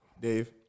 Dave